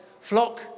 flock